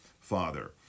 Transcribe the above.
father